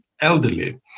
elderly